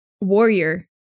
warrior